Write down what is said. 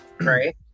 Right